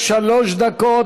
שלוש דקות.